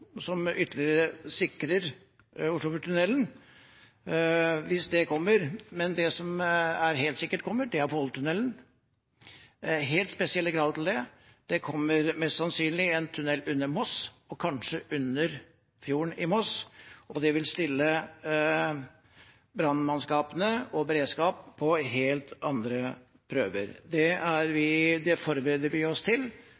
sikrer Oslofjordtunnelen ytterligere – hvis det kommer. Det som helt sikkert kommer, er Follotunnelen. Det er helt spesielle krav. Det kommer mest sannsynlig en tunnel under Moss, og kanskje under fjorden i Moss, og det vil stille brannmannskap og beredskap på helt andre prøver. Det forbereder vi oss til, og det er vi klare til